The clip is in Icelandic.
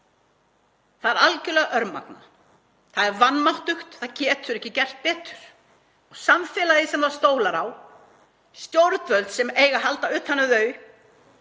Það er algerlega örmagna. Það er vanmáttugt. Það getur ekki gert betur og samfélagið sem þau stóla á og stjórnvöld sem eiga að halda utan um þau